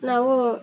ನಾವೂ